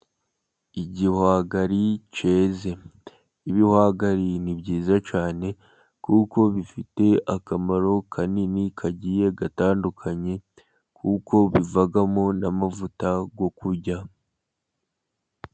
Igihwagari cyeze ,ibihwagari ni byiza cyane kuko bifite akamaro kanini kagiye gatandukanye, kuko bivamo n'amavuta yo kurya.